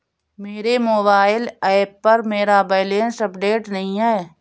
मेरे mobile app पर मेरा बैलेंस अपडेट नहीं है